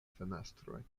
fenestroj